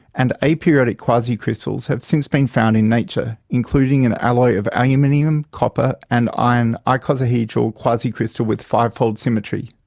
and aperiodic quasicrystals have since been found in nature including an alloy of aluminium, copper, and iron icosahedral quasicrystal with five-fold symmetry.